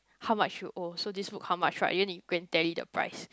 how much you owe so this book how much right then you go and tally the price